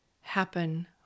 happen